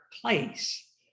place